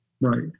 Right